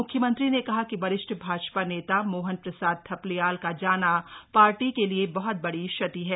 म्ख्यमंत्री ने कहा कि वरिष्ठ भाजपा नेता मोहन प्रसाद थपलियाल का जाना पार्टी के लिए बहत बड़ी क्षति है